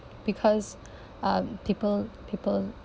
because um people people